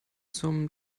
zum